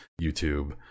YouTube